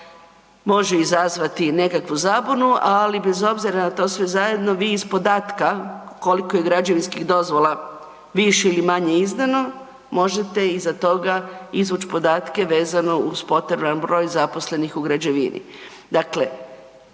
može izazvati nekakvu zabunu, ali bez obzira na to sve zajedno, vi iz podatka koliko je građevinskih dozvola više ili manje izdano, možete iza toga izvući podatke vezano uz potreban broj zaposlenih u građevini.